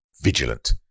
vigilant